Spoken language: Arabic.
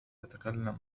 تتكلم